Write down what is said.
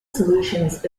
solutions